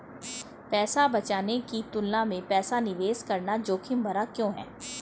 पैसा बचाने की तुलना में पैसा निवेश करना जोखिम भरा क्यों है?